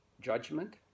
Judgment